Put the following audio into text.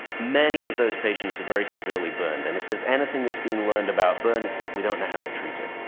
many of those patients are very severely burned. and if there's anything that's been learned about burn, it's that we don't know how to treat it.